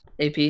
ap